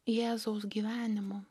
jėzaus gyvenimu